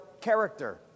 character